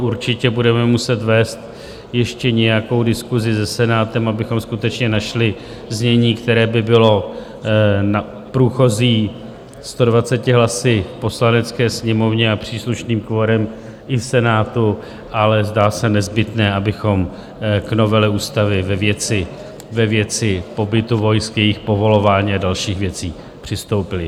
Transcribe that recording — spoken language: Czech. Určitě budeme muset vést ještě nějakou diskusi se Senátem, abychom skutečně našli znění, které by bylo průchozí 120 hlasy v Poslanecké sněmovně a příslušným kvorem i v Senátu, ale zdá se nezbytné, abychom k novele ústavy ve věci pobytu vojsk, jejich povolování a dalších věcí přistoupili.